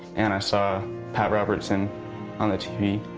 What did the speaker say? and i saw pat robertson on the tv.